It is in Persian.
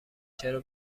چرا